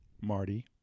Marty